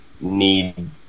need